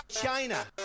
China